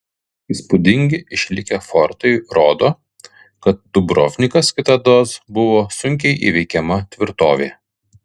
įspūdingi išlikę fortai rodo kad dubrovnikas kitados buvo sunkiai įveikiama tvirtovė